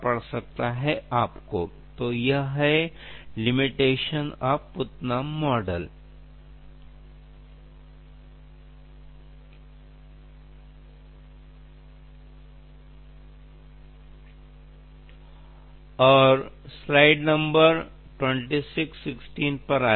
लेकिन मध्यम और छोटे पैमाने की प्रणालियों के लिए प्रयास को गंभीरता से समझना